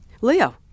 Leo